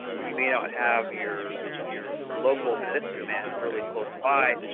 you may not have your your local medicine man really close by.